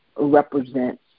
represents